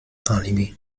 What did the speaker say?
alibi